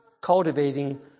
cultivating